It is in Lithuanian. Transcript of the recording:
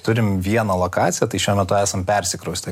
turim vieną lokaciją tai šiuo metu esam persikraustę